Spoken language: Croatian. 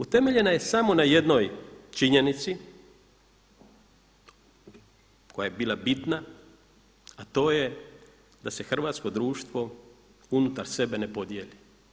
Utemeljena je samo na jednoj činjenici koja je bila bitna a to je da se hrvatsko društvo unutar sebe ne podijeli.